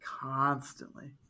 constantly